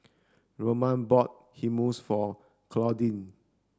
Roman bought Hummus for Claudine